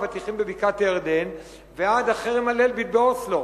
מאבטיחים בבקעת-הירדן ועד החרם על "אלביט" באוסלו.